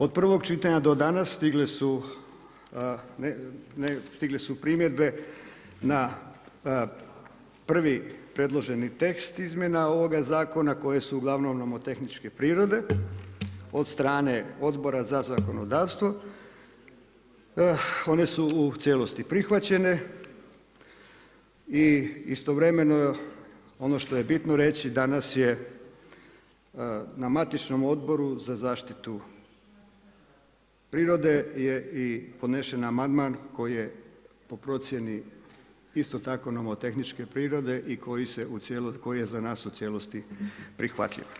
Od prvog čitanja do danas stigle su primjedbe na prvi predloženi tekst izmjena ovoga zakona koje su uglavnom novotehničke prirode od strane Odbora za zakonodavstvo, one su cijelosti prihvaćene i istovremeno ono što je bitno reći da je danas na matičnom Odboru za zaštitu prirode podnesen amandman koji je po procjeni isto tako novotehničke prirode i koji je za nas u cijelosti prihvatljiv.